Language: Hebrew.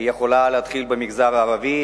היא יכולה להתחיל במגזר הערבי,